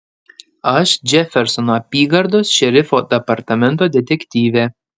aš džefersono apygardos šerifo departamento detektyvė